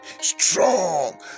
strong